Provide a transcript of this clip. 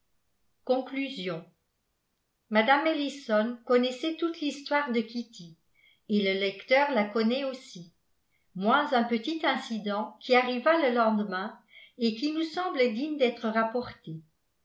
conclusion mme ellison connaissait toute l'histoire de kitty et le lecteur la connaît aussi moins un petit incident qui arriva le lendemain et qui nous semble digne d'être rapporté